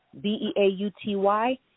B-E-A-U-T-Y